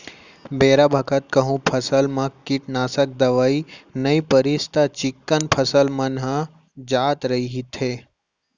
बेरा बखत कहूँ फसल म कीटनासक दवई नइ परिस त चिक्कन फसल मन ह जात रइथे